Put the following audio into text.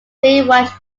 baywatch